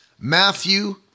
Matthew